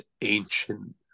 ancient